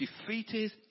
defeated